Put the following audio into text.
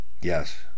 Yes